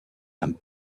and